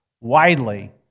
widely